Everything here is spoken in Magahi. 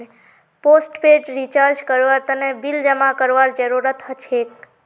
पोस्टपेड रिचार्ज करवार तने बिल जमा करवार जरूरत हछेक